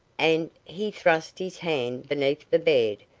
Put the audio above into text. and, he thrust his hand beneath the bed,